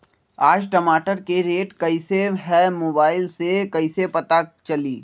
आज टमाटर के रेट कईसे हैं मोबाईल से कईसे पता चली?